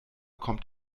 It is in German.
kommt